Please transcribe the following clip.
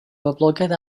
boblogaidd